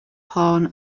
pawn